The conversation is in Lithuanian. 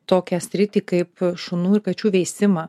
tokią sritį kaip šunų ir kačių veisimą